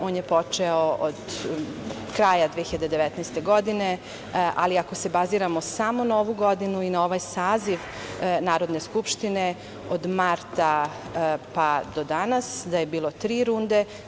On je počeo od kraja 2019. godine, ali ako se baziramo samo na ovu godinu i na ovaj saziv Narodne skupštine, od marta pa do danas je bilo tri runde.